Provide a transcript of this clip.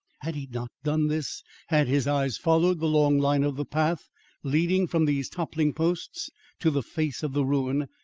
had he not done this had his eyes followed the long line of the path leading from these toppling posts to the face of the ruin,